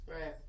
Right